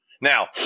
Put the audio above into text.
Now